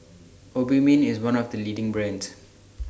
Obimin IS one of The leading brands